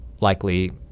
likely